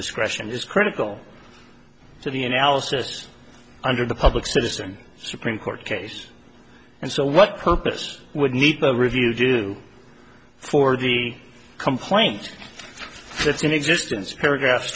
discretion is critical to the analysis under the public citizen supreme court case and so what purpose would need the review do for the complaint that's in existence paragraphs